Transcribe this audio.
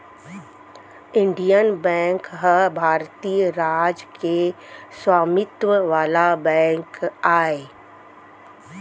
Indian bank ह भारतीय राज के स्वामित्व वाला बेंक आय